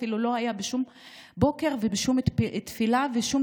אפילו לא היה בשום בוקר ובשום תפילה ושום